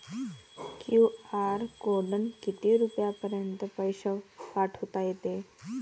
QR कोडनं किती रुपयापर्यंत पैसे पाठोता येते?